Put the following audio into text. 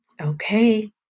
Okay